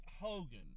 Hogan